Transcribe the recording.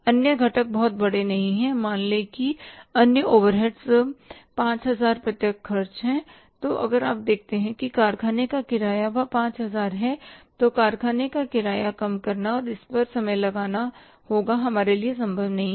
अन्य घटक बहुत बड़े नहीं हैं मान ले कि अन्य ओवरहेड्स 5000 प्रत्यक्ष खर्च हैं तो अगर आप देखते हैं कि कारखाने का किराया रु 5000 है तो कारखाने का किराया कम करना और इस पर समय लगाना हमारे लिए संभव नहीं है